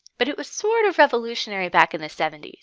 but it was sort of revolutionary back in the seventy